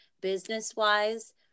business-wise